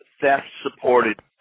theft-supported